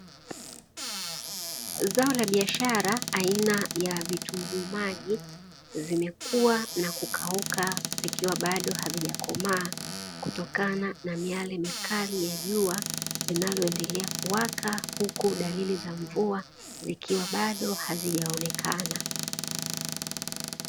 Zao la biashara aina ya vitunguu maji vimekua na kukauka vikiwa bado havijakomaa, kutokana na miale mikali ya jua linaloendelea kuwaka, huku dalili za mvua zikiwa bado hazijaonekana.